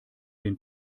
den